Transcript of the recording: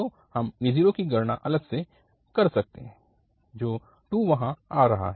तो हम a0 की गणना अलग से कर सकता हैजो 2 वहाँ आ रहा है